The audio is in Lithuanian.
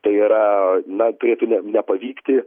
tai yra na turėtų nepavykti